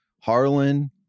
Harlan